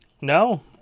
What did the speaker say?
No